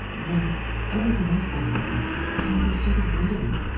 then everything else that happens can be sort of ridden,